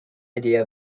idea